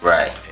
Right